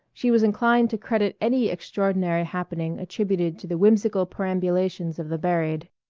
she was inclined to credit any extraordinary happening attributed to the whimsical perambulations of the buried.